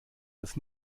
das